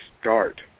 start